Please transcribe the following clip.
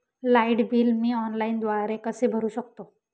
Light bill मी ऑनलाईनद्वारे कसे भरु शकतो?